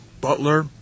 Butler